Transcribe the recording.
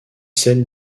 celle